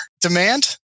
Demand